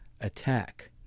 attack